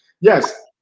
Yes